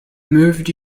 moved